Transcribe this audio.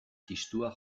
txistua